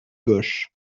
gauche